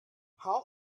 how